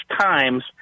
times